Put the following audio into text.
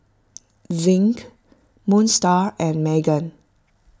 Zinc Moon Star and Megan